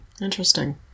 interesting